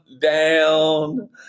down